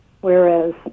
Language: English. whereas